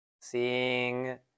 seeing